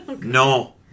no